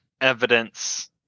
evidence